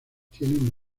tienen